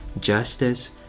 justice